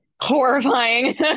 horrifying